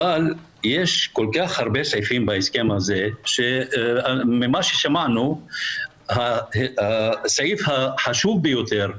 אבל יש כל כך הרבה סעיפים בהסכם הזה ושמענו הסעיף החשוב ביותר,